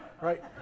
Right